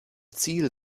ziel